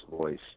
voice